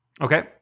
Okay